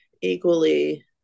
equally